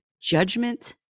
judgment